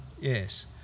yes